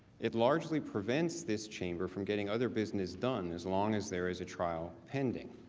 it largely presents this chamber from getting other business done, as long as there is a trial pending.